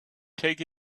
take